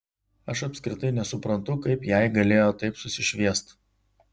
aš apskritai nesuprantu kaip jai galėjo taip susišviest